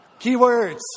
Keywords